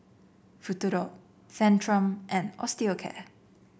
Futuro Centrum and Osteocare